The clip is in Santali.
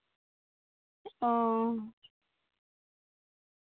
ᱚᱻ